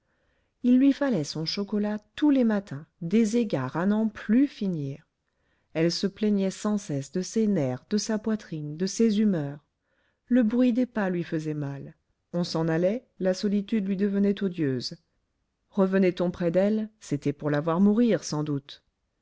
il lui fallait son chocolat tous les matins des égards à n'en plus finir elle se plaignait sans cesse de ses nerfs de sa poitrine de ses humeurs le bruit des pas lui faisait mal on s'en allait la solitude lui devenait odieuse revenait on près d'elle c'était pour la voir mourir sans doute